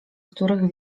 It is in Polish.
których